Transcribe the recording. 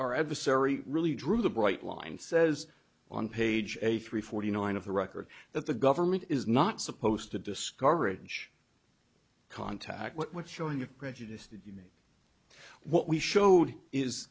our adversary really drew the bright line says on page three forty nine of the record that the government is not supposed to discourage contact what showing your prejudice what we showed is